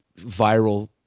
viral